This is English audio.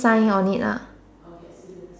sign on it ah